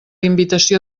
invitació